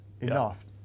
enough